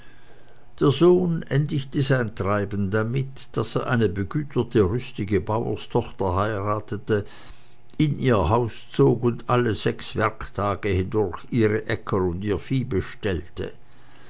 der sohn endigte sein treiben damit daß er eine begüterte rüstige bauerntochter heiratete in ihr haus zog und alle sechs werktage hindurch ihre äcker und ihr vieh bestellte